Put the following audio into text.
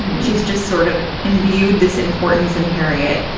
she's just sort of imbued this importance. and harriet,